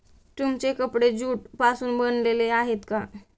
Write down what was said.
तुमचे कपडे ज्यूट पासून बनलेले आहेत का?